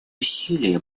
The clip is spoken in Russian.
усилия